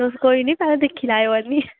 तुस कोई नी तां दिक्खी लैयो आह्निए